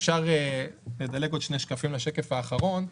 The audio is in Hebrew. אפשר לדלג לשקף האחרון.